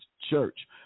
Church